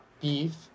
beef